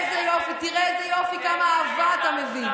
אתם תהיו אפס, למה אתה נותן